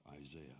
Isaiah